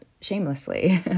shamelessly